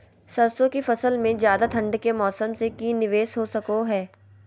सरसों की फसल में ज्यादा ठंड के मौसम से की निवेस हो सको हय?